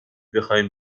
بخواین